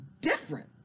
different